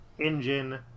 engine